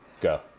Go